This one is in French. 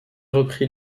reprit